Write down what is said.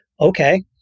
Okay